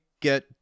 get